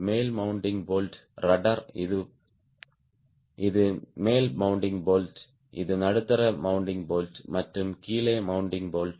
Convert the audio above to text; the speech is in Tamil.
மேல் மெண்ட்டிங் போல்ட் ரட்ட்ர் இது மேல் மெண்ட்டிங் போல்ட் இது நடுத்தர மெண்ட்டிங் போல்ட் மற்றும் கீழே மெண்ட்டிங் போல்ட்